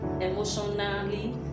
emotionally